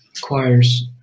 choirs